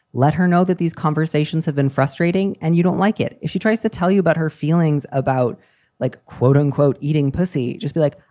let her know that these conversations have been frustrating. and you don't like it if she tries to tell you about her feelings about like, quote unquote, eating pussy, just be like,